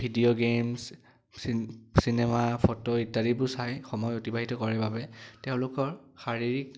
video games cinema photo ইত্যাদিবোৰ চাই সময় অতিবাহিত কৰে বাবে তেওঁলোকৰ শাৰীৰিক